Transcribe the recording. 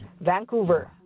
Vancouver